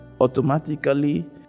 Automatically